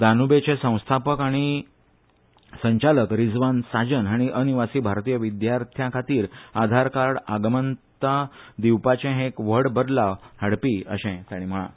दानूबेचे संस्थापक आनी संचालक रिझवान साजन हांणी अनिवासी भारतीय विद्यार्थी खातीर आधार कार्ड आगमनताय दिवपाचे हें एक व्हड बदलाव हाडपी अशें तांणी म्हळां